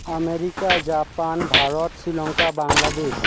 America Japan Bharat Sri Lanka Bangladesh